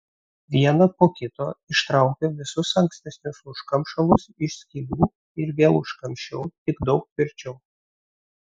vieną po kito ištraukiau visus ankstesnius užkamšalus iš skylių ir vėl užkamšiau tik daug tvirčiau